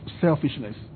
selfishness